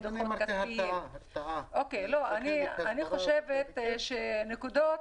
אני חושבת שמתן נקודות,